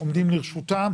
עומדים לרשותם,